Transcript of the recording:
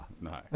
No